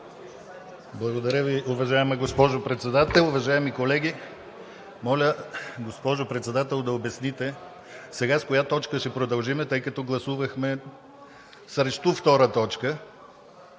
Благодаря Ви. Уважаема госпожо Председател, уважаеми колеги! Уважаема госпожо Председател, моля да обясните сега с коя точка ще продължим, тъй като гласувахме срещу втора точка?